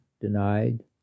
denied